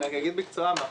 אגיד בקצרה.